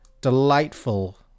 delightful